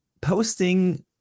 posting